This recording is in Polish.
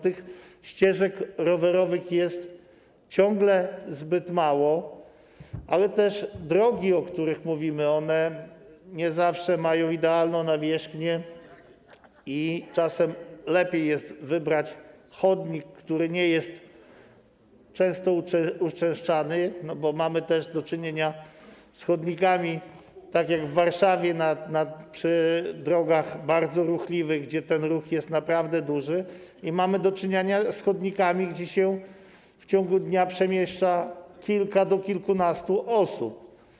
Tych ścieżek rowerowych jest ciągle zbyt mało, ale też drogi, o których mówimy, nie zawsze mają idealną nawierzchnię i czasem lepiej jest wybrać chodnik, który nie jest często uczęszczany, bo mamy też do czynienia z chodnikami, tak jak w Warszawie przy drogach bardzo ruchliwych, gdzie ten ruch jest naprawdę duży, i mamy do czynienia z chodnikami, gdzie się w ciągu dnia przemieszcza od kilku do kilkunastu osób.